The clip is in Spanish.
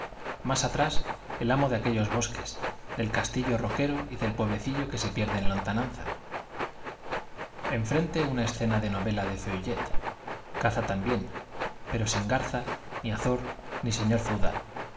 más atrás el amo de aquellos bosques del castillo roquero y del pueblecillo que se pierde en lontananza en frente una escena de novela de feuillet caza también pero sin garza ni azor ni señor feudal